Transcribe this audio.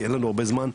כי אין לנו הרבה זמן,